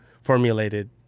formulated